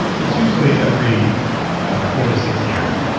but it's usually every four to six years.